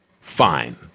Fine